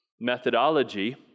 methodology